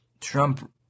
Trump